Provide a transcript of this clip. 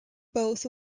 both